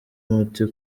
umuntu